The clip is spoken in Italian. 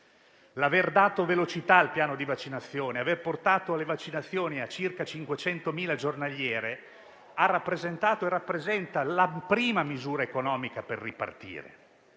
ma per dare velocità al piano di vaccinazione. Averlo fatto portando le vaccinazioni a circa 500.000 giornaliere ha rappresentato e rappresenta la prima misura economica per ripartire: